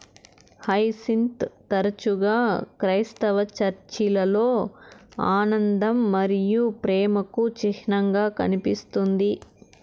hyacinth తరచుగా క్రైస్తవ చర్చిలలో ఆనందం మరియు ప్రేమకు చిహ్నంగా కనిపిస్తుంది